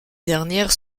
dernières